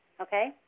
Okay